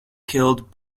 killed